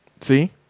see